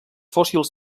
fòssils